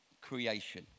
creation